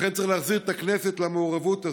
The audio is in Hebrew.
לכן, צריך להחזיר את הכנסת למעורבות הזאת.